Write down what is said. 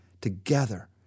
together